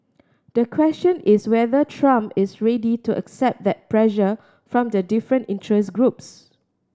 the question is whether Trump is ready to accept that pressure from the different interest groups